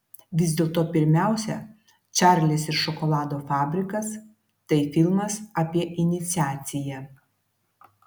vis dėlto pirmiausia čarlis ir šokolado fabrikas tai filmas apie iniciaciją